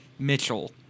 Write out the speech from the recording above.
Mitchell